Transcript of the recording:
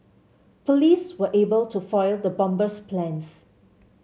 police were able to foil the bomber's plans